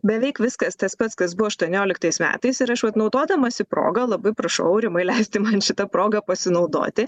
beveik viskas tas pats kas buvo aštuonioliktais metais ir aš vat naudodamasi proga labai prašau rimai leisti man šita proga pasinaudoti